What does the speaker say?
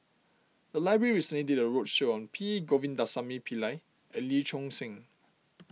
the library recently did a roadshow on P Govindasamy Pillai and Lee Choon Seng